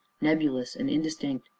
nebulous and indistinct,